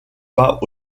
pas